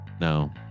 No